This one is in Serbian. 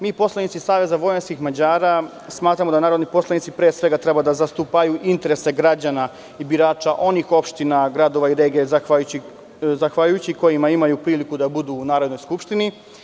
Mi, poslanici SVM, smatramo da narodni poslanici, pre svega, treba da zastupaju interese građana i birača onih opština, gradova i regije zahvaljujući kojima imaju priliku da budu u Narodnoj skupštini.